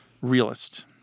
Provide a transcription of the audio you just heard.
realist